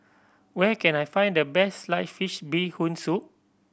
where can I find the best sliced fish Bee Hoon Soup